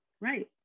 Right